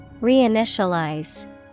Reinitialize